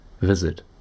visit